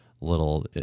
little